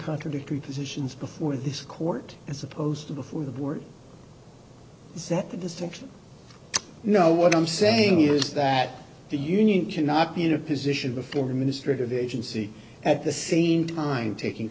contradictory positions before this court as opposed to before the war that the distinction no what i'm saying is that the union cannot be in a position before ministry of agency at the same time taking